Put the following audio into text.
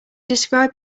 describe